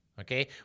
Okay